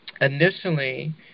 initially